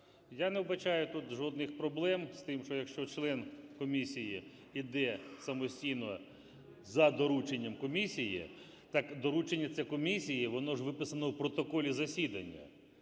Я не вбачаю тут жодних проблем з тим, що, якщо член комісії йде самостійно за дорученням комісії, так доручення це комісії, воно ж виписано в протоколі засідання.